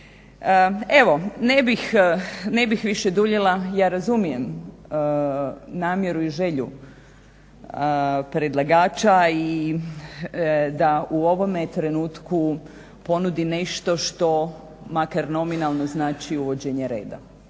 Evo ne bih više duljila, ja razumijem namjeru i želju predlagača i da u ovome trenutku ponudi nešto što, makar nominalno znači uvođenje reda.